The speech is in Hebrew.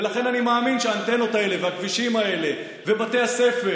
ולכן אני מאמין שהאנטנות האלה והכבישים האלה ובתי הספר